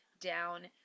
down